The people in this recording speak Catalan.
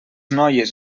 noies